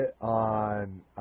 on